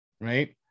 right